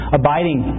abiding